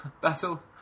Battle